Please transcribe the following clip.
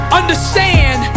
understand